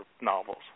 novels